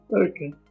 Okay